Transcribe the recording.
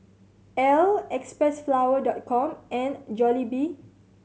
Elle Xpressflower Dot Com and Jollibee